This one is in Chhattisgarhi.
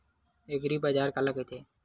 एग्रीबाजार काला कइथे?